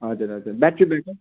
हजुर हजुर battery backup